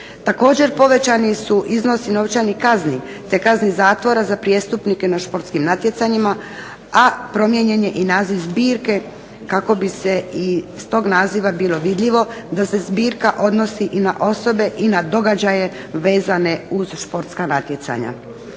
Također povećani su iznosi novčanih kazni, te kazni zatvora za prijestupnike na športskim natjecanjima, a promijenjen je i naziv zbirke kako bi iz tog naziva bilo vidljivo da se zbirka odnosi i na osobe i na događaje vezane uz športska natjecanja.